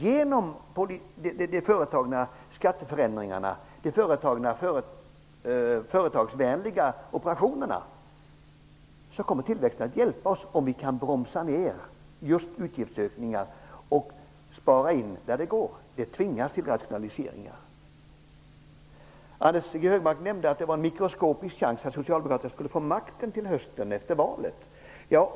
Genom de företagna skatteförändringarna, de företagna företagsvänliga operationerna, kommer tillväxten att hjälpa oss, om vi kan bromsa ner just utgiftsökningar och spara in där det går. Landstingen tvingas då till rationaliseringar. Anders G Högmark nämnde att det var en mikroskopisk sannolikhet att Socialdemokraterna skulle få makten till hösten efter valet.